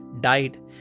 died